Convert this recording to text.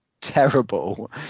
terrible